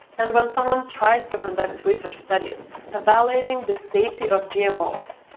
and when someone tries to conduct research studies evaluating the safety of gmos,